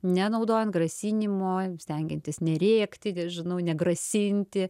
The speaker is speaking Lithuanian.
nenaudojant grasinimo stengiantis nerėkti nežinau negrasinti